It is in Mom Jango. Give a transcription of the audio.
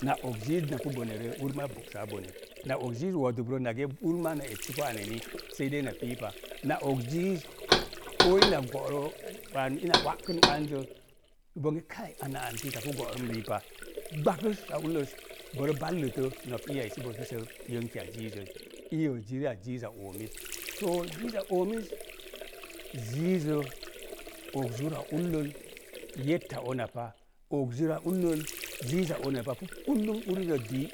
Na og ziiz napu bone rə, ur maa bo saa bone. Na og wodubrə nage ur maa na essəbo ana eni sei dei na pii pa. Na og ziiz koo ina go̱'rə an, ina ua'kən uan zə bonge kai ana an pita kə bo̱'rəm ri'eri pa, gbakəssa ullos bo re ɓalləte no̱k iya ah səbo hisə yonkiya ziizəz, iiyə ziriya ziiza oomiz. Soo ziiza oomiz, ziizə, og zura ulol yetta ona pa, og zuraa ullol ziiza ona pa pu luullum urirə dii.